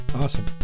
Awesome